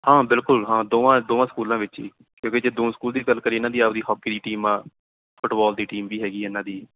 ਹਾਂ ਬਿਲਕੁਲ ਹਾਂ ਦੋਵਾਂ ਦੋਵਾਂ ਸਕੂਲਾਂ ਵਿੱਚ ਹੀ ਕਿਉਂਕਿ ਜੇ ਦੋ ਸਕੂਲ ਦੀ ਗੱਲ ਕਰੀਏ ਇਹਨਾਂ ਦੀ ਆਪਣੀ ਹਾਕੀ ਦੀ ਟੀਮ ਆ ਫੁਟਬਾਲ ਦੀ ਟੀਮ ਵੀ ਹੈਗੀ ਇਹਨਾਂ ਦੀ